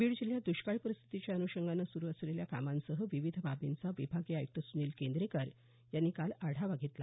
बीड जिल्ह्यात दष्काळी परिस्थितीच्या अन्षंगाने सुरु असलेल्या कामांसह विविध बाबींचा विभागीय आयुक्त सुनील केंद्रेकर यांनी काल आढावा घेतला